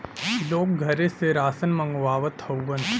लोग घरे से रासन मंगवावत हउवन